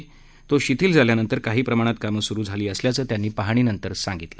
lockdown शिथिल झाल्यानंतर काही प्रमाणात कामं सुरु झाली असल्याचं त्यांनी कामाच्या पाहणीनंतर सांगितलं